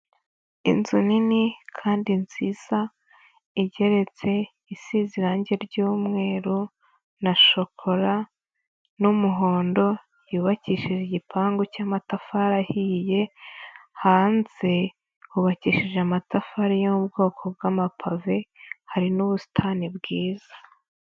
Inzu nini kandi nziza, igeretse isize irangi ry'umweru na shokora n'umuhondo, yubakishije igipangu cy'amatafari ahiye, hanze hubakishije amatafari yo mu bwoko bw'amapave hari nubusitani bwiza.